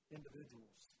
Individuals